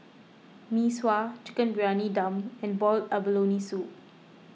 Mee Sua Chicken Briyani Dum and Boiled Abalone Soup